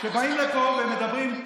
שבאים לפה ומדברים,